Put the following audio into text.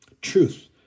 Truth